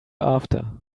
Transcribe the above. after